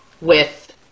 with-